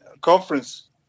conference